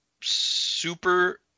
super